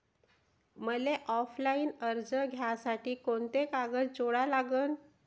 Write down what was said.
मले ऑफलाईन कर्ज घ्यासाठी कोंते कागद जोडा लागन?